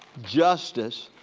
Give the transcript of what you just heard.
justice,